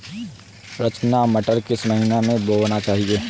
रचना मटर किस महीना में बोना चाहिए?